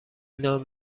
نان